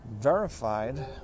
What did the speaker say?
verified